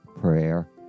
prayer